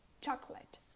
chocolate